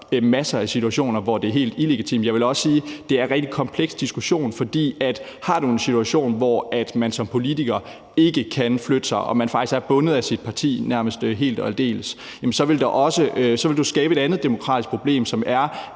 masser af situationer, hvor det er helt illegitimt. Jeg vil også sige, at det er en rigtig kompleks diskussion. For hvis du har en situation, hvor man som politiker ikke kan flytte sig og man faktisk nærmest helt og aldeles er bundet af sit parti, så vil du skabe et andet demokratisk problem, som er,